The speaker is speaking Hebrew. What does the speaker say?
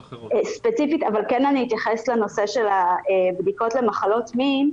אבל אני כן אתייחס לנושא של בדיקות של מחלות מין.